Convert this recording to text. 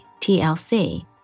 TLC